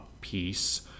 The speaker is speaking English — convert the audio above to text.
piece